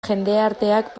jendarteak